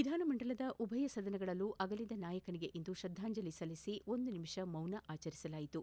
ವಿಧಾನಮಂಡಲದ ಉಭಯ ಸದನಗಳಲ್ಲೂ ಅಗಲಿದ ನಾಯಕನಿಗೆ ಇಂದು ಶ್ರದ್ದಾಂಜಲಿ ಸಲ್ಲಿಸಿ ಒಂದು ನಿಮಿಷ ಮೌನ ಆಚರಿಸಲಾಯಿತು